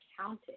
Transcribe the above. counted